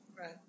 Right